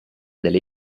delle